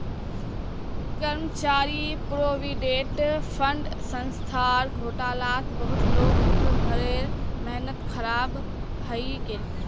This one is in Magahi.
कर्मचारी प्रोविडेंट फण्ड संस्थार घोटालात बहुत लोगक उम्र भरेर मेहनत ख़राब हइ गेले